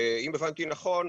ואם הבנתי נכון,